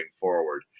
forward